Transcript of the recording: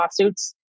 lawsuits